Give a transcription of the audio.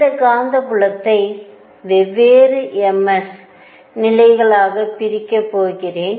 இந்த காந்தப்புலதை வெவ்வேறு ms நிலைகளாக பிரிக்கப் போகிறேன்